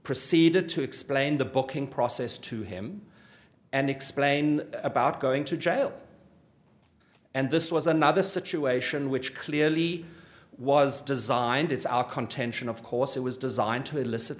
proceeded to explain the booking process to him and explain about going to jail and this was another situation which clearly was designed it's our contention of course it was designed to elicit